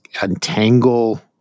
untangle